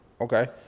Okay